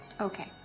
Okay